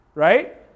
Right